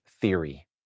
theory